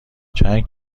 چند